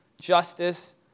Justice